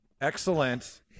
excellent